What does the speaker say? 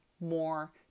more